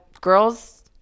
girls